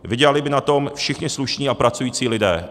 Vydělali by na tom všichni slušní a pracující lidé.